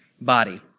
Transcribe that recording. body